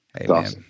Amen